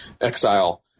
exile